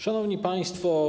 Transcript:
Szanowni Państwo!